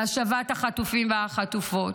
להשבת החטופים והחטופות.